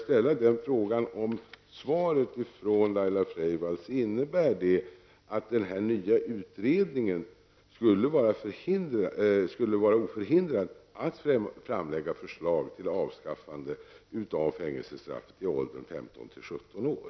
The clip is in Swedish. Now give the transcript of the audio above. Innebär svaret från Laila Freivalds att den här nya utredningen är oförhindrad att framlägga förslag om avskaffande av fängelsestraff för ungdomar i åldern 15--17 år?